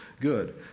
good